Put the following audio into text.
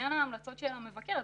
לעניין ההמלצות של המבקר.